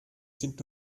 sind